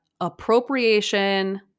appropriation